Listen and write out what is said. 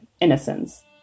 innocence